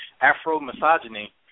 afro-misogyny